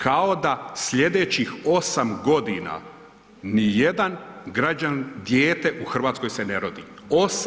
Kao da sljedećih 8 godina nijedan građanin dijete u Hrvatskoj se ne rodi.